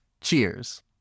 Cheers